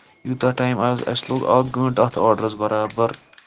یوٗتاہ ٹایم آز اَسہِ لوٚگ اکھ گٲنٹہٕ اَتھ آڈرَس برابر